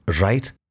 Right